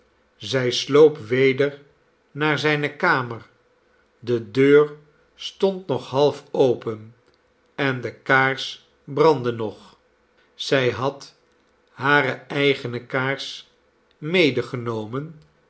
zij sloop weder naar zijne kamer de deur stond nog half open en de kaars brandde nog zij had hare eigene kaars